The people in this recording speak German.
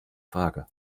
frage